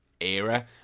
era